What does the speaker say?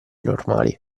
normali